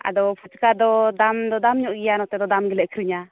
ᱟᱫᱚ ᱯᱷᱩᱪᱠᱟ ᱫᱚ ᱫᱟᱢ ᱫᱚ ᱫᱟᱢ ᱧᱚᱜ ᱜᱮᱭᱟ ᱱᱚᱛᱮ ᱫᱚ ᱫᱟᱢ ᱜᱮᱞᱮ ᱟᱹᱠᱷᱟᱨᱤᱧᱟ